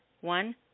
one